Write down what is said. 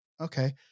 Okay